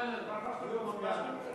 דיון במליאה אני רוצה.